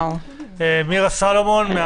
מירה סלומון.